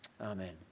Amen